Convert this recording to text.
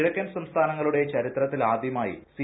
കിഴക്കൻ സംസ്ഥാനങ്ങളുടെ ചരിത്രത്താലാദൃമായി സി